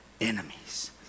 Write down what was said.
enemies